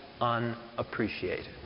unappreciated